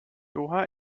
doha